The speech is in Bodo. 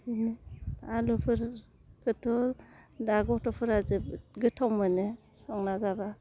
बिदिनो आलुफोर गथ' दा गथ'फोरा जोबोद गोथाव मोनो संना जाबा